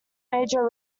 major